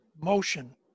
Motion